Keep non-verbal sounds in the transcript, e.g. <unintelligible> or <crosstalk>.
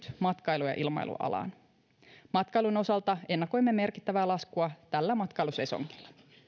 <unintelligible> nyt matkailu ja ilmailualaan matkailun osalta ennakoimme merkittävää laskua tällä matkailusesongilla